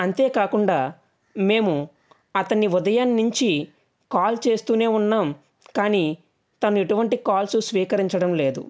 అంతే కాకుండా మేము అతన్ని ఉదయం నుంచి కాల్ చేస్తూనే ఉన్నాం కానీ తను ఎటువంటి కాల్స్ స్వీకరించడం లేదు